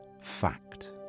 fact